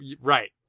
right